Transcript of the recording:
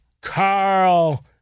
carl